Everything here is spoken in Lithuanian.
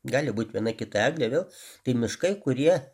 gali būt viena kita eglė vėl tai miškai kurie